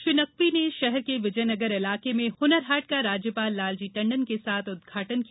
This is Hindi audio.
श्री नकवी ने शहर के विजय नगर इलाके में हुनर हाट का राज्यपाल लालजी टंडन के साथ उद्घाटन किया